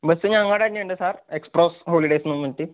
bus ഞങ്ങളുടെ തന്നെ ഉണ്ട് സർ എസ്ട്രോഫ് ഹോളിഡേയ്സ്ന്ന് പറഞ്ഞിട്ട്